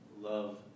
love